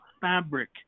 fabric